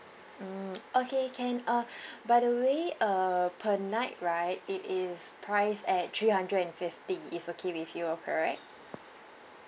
mm okay can uh by the way err per night right it is priced at three hundred and fifty it's okay with you correct